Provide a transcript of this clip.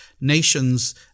nations